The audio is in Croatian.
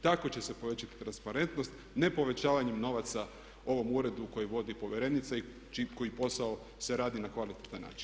Tako će se povećati transparentnost, ne povećavanjem novaca ovom uredu koji vodi povjerenica i koji posao se radi na kvalitetan način.